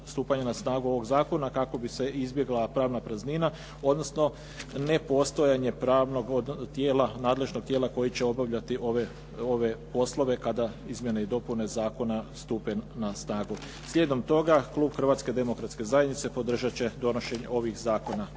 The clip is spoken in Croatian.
stupanja na snagu ovog zakona kako bi se izbjegla pravna praznina, odnosno ne postojanje pravnog tijela nadležnog tijela koji će obavljati ove poslove kada izmjene i dopune zakona stupe na snagu. Slijedom toga klub Hrvatske demokratske zajednice podržat će donošenje ovih zakona